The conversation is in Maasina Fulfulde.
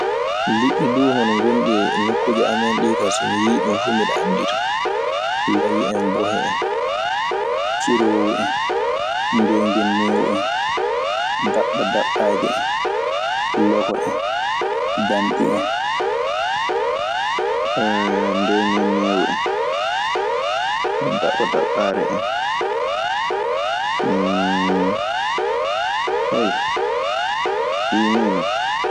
Liɗɗi duu, hono ngonɗi e nokkuuje amen ɗii kaa. So mi yii ɗun fuu miɗe anndita: lawi en, bohe en, ciroowu en, ndeengenneewu en, daɓɓa daɓɓaaje en, logo en, danɗi en ndeeŋenneewu en, daɓɓa daɓɓaari en. Ɗii nii non.